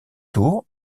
tour